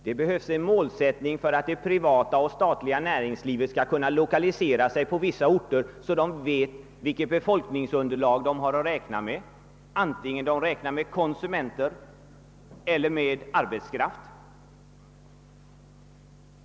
Det behövs en målsättning för att det privata och det statliga näringslivet skall kunna lokalisera sig till vissa orter där man vet vilket befolkningsunderlag man har att räkna med vare sig det gäller konsumenter eller arbetskraft.